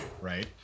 right